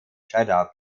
jeddah